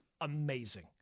Amazing